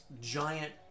giant